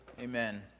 Amen